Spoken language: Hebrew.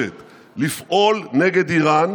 לפעול נגד איראן,